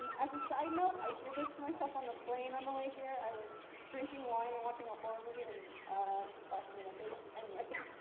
um as a side note, i did this to myself on the plane on the way here. i was drinking wine and watching a horror movie, and splashed it in my face. anyway.